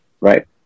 right